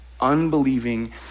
unbelieving